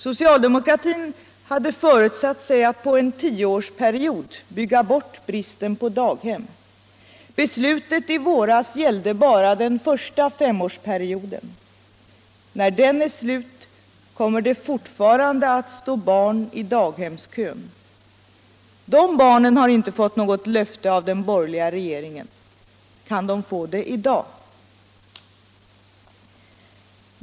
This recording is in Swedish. Socialdemokratin hade föresatt sig att på en tioårsperiod bygga bort bristen på daghem. Beslutct i våras gällde bara den första femårsperioden. När den är slut kommer det fortfarande att stå barn i daghemskön. De barnen har inte fått något löfte av den borgerliga regeringen. Kan de få det i dag?